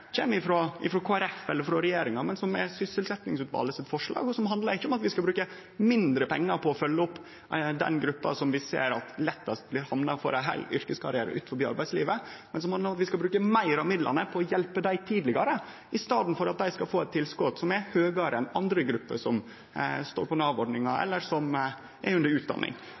kjem frå Kristeleg Folkeparti eller regjeringa, men som er eit forslag frå sysselsettingsutvalet. Det handlar ikkje om at vi skal bruke mindre pengar på å følgje opp den gruppa som vi ser at lettast får ei heil yrkeskarriere utanfor arbeidslivet, men om at vi skal bruke meir av midlane på å hjelpe dei tidlegare – i staden for at dei skal få eit tilskot som er høgare enn andre grupper som står på Nav-ordningar eller er under utdanning.